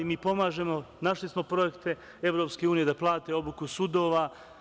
Mi pomažemo, našli smo projekte EU da plate obuku sudova.